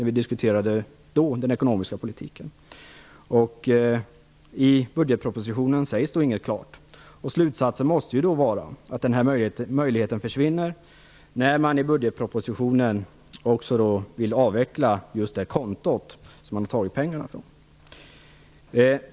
Vi diskuterade då den ekonomiska politiken. I budgetpropositionen sägs inget klart. Slutsatsen måste då vara att den här möjligheten försvinner, eftersom man i budgetpropositionen också vill avveckla just det konto som man har tagit pengarna från.